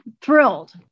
thrilled